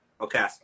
Okay